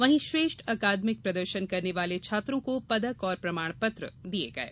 वहीं श्रेष्ठ अकादमिक प्रदर्शन करने वाले छात्रों को पदक और प्रमाण पत्र प्रदान किए गये